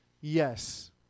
Yes